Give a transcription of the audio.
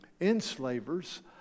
enslavers